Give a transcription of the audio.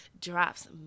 drops